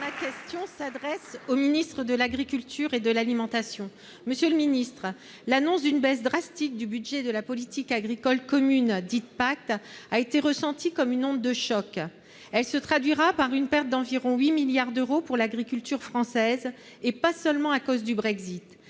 Ma question s'adresse à M. le ministre de l'agriculture et de l'alimentation. L'annonce d'une baisse drastique du budget de la politique agricole commune, la PAC, a suscité une onde de choc. Elle se traduira par une perte d'environ 8 milliards d'euros pour l'agriculture française, et pas seulement à cause du Brexit.